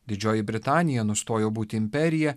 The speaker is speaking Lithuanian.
didžioji britanija nustojo būti imperija